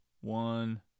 one